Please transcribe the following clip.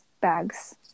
bags